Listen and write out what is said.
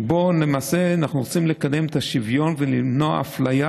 שבו למעשה אנחנו רוצים לקדם את השוויון ולמנוע אפליה